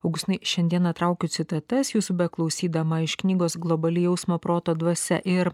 augistinai šiandiena traukiu citatas jūsų beklausydama iš knygos globali jausmo proto dvasia ir